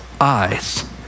eyes